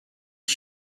was